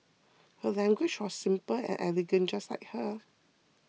her language was simple and elegant just like her